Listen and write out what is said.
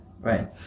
right